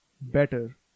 better